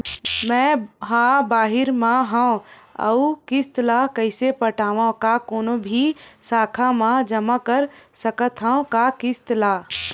मैं हा बाहिर मा हाव आऊ किस्त ला कइसे पटावव, का कोनो भी शाखा मा जमा कर सकथव का किस्त ला?